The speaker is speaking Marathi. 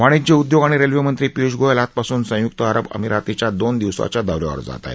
वाणिज्य उद्योग आणि रेल्वे मंत्री पियूष गोयल आजपासून संयुक्त अरब अमिरातीच्या दोन दिवसाच्या दौ यावर जात आहेत